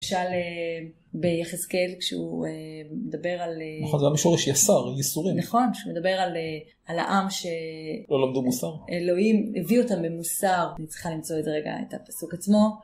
אפשר ביחזקאל, כשהוא מדבר על... נכון, זה המשורש יסר, ייסורים. נכון, כשהוא מדבר על העם ש... לא למדו מוסר. אלוהים הביאו אותם במוסר. אני צריכה למצוא את זה רגע, את הפסוק עצמו.